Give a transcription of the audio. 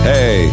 Hey